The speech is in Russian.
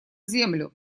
землю